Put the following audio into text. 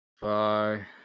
Bye